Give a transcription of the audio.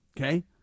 Okay